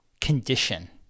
condition